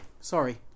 sorry